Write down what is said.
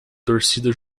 torcida